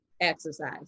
exercise